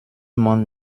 man